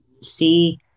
see